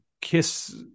kiss